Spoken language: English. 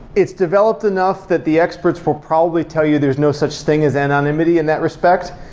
it's developed enough that the experts will probably tell you there's no such thing as anonymity in that respect.